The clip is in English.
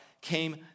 came